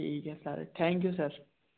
ठीक है sir thank you sir